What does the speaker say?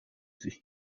sich